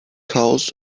cows